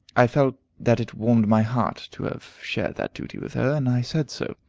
i felt that it warmed my heart to have shared that duty with her, and i said so.